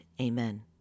Amen